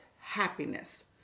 happiness